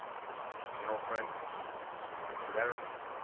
just seeing an old friend. running a few errands.